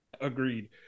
Agreed